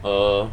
err